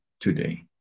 today